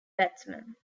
batsman